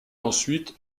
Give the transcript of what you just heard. ensuite